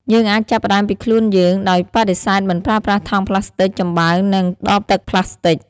យើងអាចចាប់ផ្តើមពីខ្លួនយើង ដោយបដិសេធមិនប្រើប្រាស់ថង់ប្លាស្ទិក ចំបើង និងដបទឹកប្លាស្ទិក។